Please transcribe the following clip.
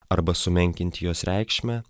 arba sumenkinti jos reikšmę